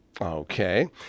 Okay